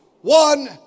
one